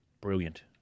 brilliant